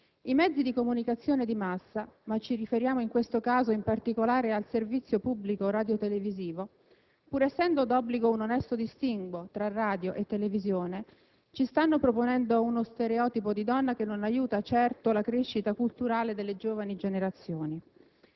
I mezzi di comunicazione di massa, ma ci riferiamo in questo caso in particolare al servizio pubblico radiotelevisivo, pur essendo d'obbligo un onesto distinguo tra radio e televisione, ci stanno proponendo uno stereotipo di donna che non aiuta certo la crescita culturale delle giovani generazioni.